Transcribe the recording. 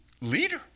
leader